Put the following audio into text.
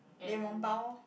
lian rong pao orh